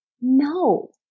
No